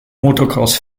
motocross